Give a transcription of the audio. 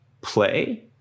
play